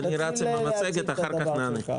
אני רץ עם המצגת, אחר כך נענה.